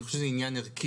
אני חושב שזה עניין ערכי.